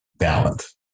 balance